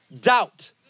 doubt